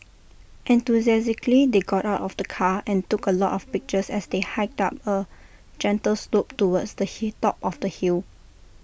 enthusiastically they got out of the car and took A lot of pictures as they hiked up A gentle slope towards the hit top of the hill